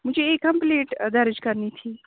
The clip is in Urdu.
مجھے ایک کمپلیٹ درج کرنی تھی